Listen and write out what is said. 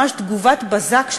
ממש תגובת בזק,